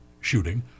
shooting